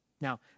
Now